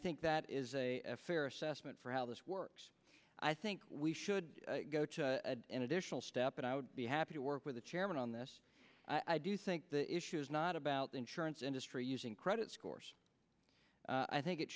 think that is a fair assessment for how this works i think we should go to an additional step and i would be happy to work with the chairman on this i do think the issue is not about the insurance industry using credit scores i think it